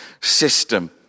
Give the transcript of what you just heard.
system